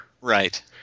Right